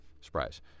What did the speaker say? Surprise